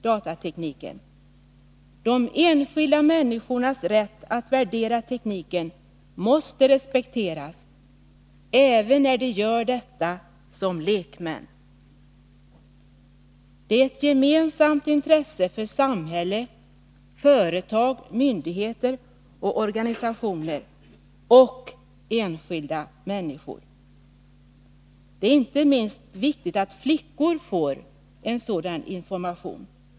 De enskilda människornas rätt att värdera tekniken måste respekteras, även när de gör detta som lekmän. Det är ett gemensamt intresse för samhälle, företag, myndigheter och organisationer å ena sidan och enskilda människor å den andra. För att människor skall kunna använda och påverka den krävs det en bred utbildning i och kring datatekniken. Det är inte minst viktigt att flickor får en sådan information.